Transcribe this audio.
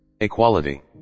equality